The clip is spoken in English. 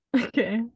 okay